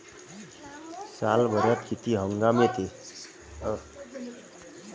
सालभरात किती हंगाम येते?